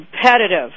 competitive